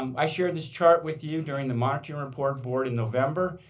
um i shared this chart with you during the monitoring report board in november.